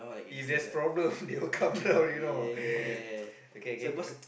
if there's problem they all come down already you know okay okay go on